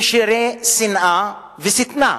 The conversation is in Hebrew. ושירי שנאה ושטנה.